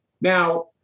Now